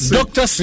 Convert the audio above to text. Doctor